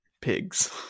pigs